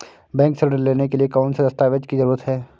Bank से ऋण लेने के लिए कौन से दस्तावेज की जरूरत है?